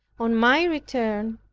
on my return,